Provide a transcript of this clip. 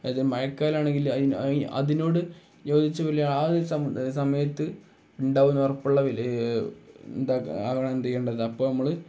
അത് മഴക്കാലമാണെങ്കിൽ അതിനോട് യോജിച്ചു സമയത്ത് ഉണ്ടാവുമെന്ന് ഉറപ്പുള്ള എന്താണ് ചെയ്യേണ്ടത് അപ്പം നമ്മൾ